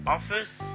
Office